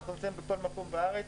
אנחנו נמצאים בכל מקום בארץ.